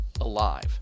alive